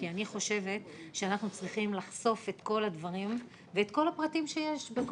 כי אני חושבת שאנחנו צריכים לחשוף את כל הדברים ואת כל הפרטים שיש,